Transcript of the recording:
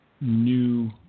new